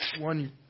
one